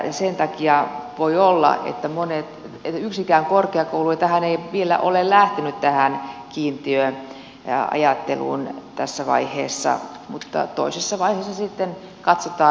sen takia voi olla että yksikään korkeakoulu ei vielä ole lähtenyt tähän kiintiöajatteluun tässä vaiheessa mutta toisessa vaiheessa sitten katsotaan asia paremmin